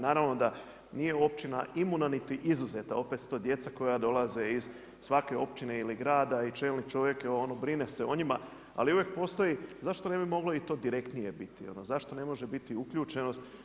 Naravno da nije općina imuna niti izuzeta, opet su to djeca koja dolaze iz svake općine ili grada i čelnik čovjeka brine se o njima, ali uvijek postoji zašto ne bi to moglo i direktnije biti, zašto ne može biti uključenost.